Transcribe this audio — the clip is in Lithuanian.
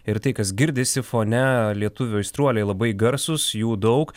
ir tai kas girdisi fone lietuvių aistruoliai labai garsūs jų daug